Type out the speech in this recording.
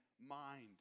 mind